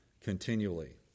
continually